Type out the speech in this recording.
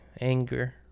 anger